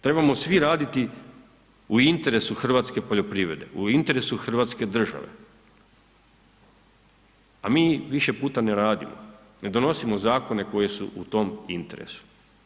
Trebamo svi raditi u interesu hrvatske poljoprivrede, u interesu hrvatske države, a mi više puta ne radimo, ne donosimo Zakone koji su u tom interesu.